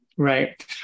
Right